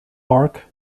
arch